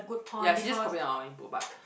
ya she just comment on our input but